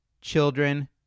children